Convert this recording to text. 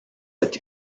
cette